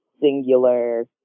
singular